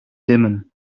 dimmen